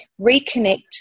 reconnect